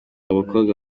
abakobwa